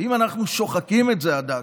אם אנחנו שוחקים את זה עד דק,